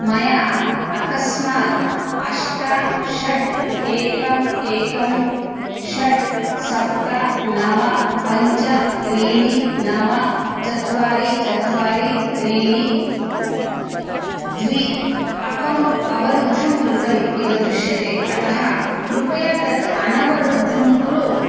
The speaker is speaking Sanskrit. मया अकस्मात् अष्ट षट् एकम् एकं षट् सप्त नव पञ्च त्रीणि नव चत्वारि चत्वारि त्रीणि द्वे अकौण्ट् अवरुद्धं कृतम् इव दृश्यते अतः कृपया तत् अनवरुद्धं कुरु